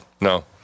No